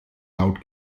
laut